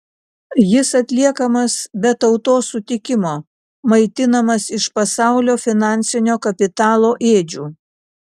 jis atliekamas be tautos sutikimo maitinamas iš pasaulio finansinio kapitalo ėdžių